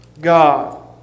God